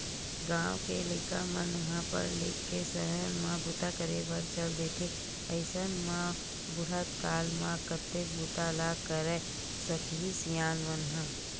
गाँव के लइका मन ह पड़ लिख के सहर म बूता करे बर चल देथे अइसन म बुड़हत काल म कतेक बूता ल करे सकही सियान मन ह